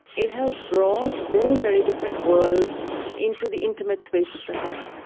it has brought very, very different worlds into the intimate space of the home.